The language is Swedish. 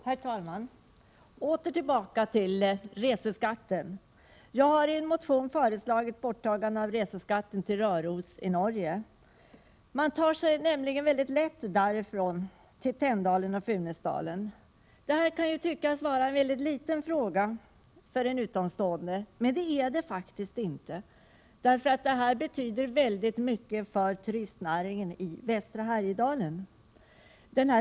Herr talman! Åter till reseskatten! Jag har i en motion föreslagit borttagande av skatten på resor till Röros i Norge. Man tar sig nämligen lätt därifrån till Tänndalen och Funäsdalen. Det här kan tyckas vara en liten fråga för en utomstående, men det är det faktiskt inte. Det betyder väldigt mycket för turistnäringen i västra Härjedalen.